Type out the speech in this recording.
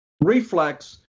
reflex